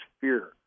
fear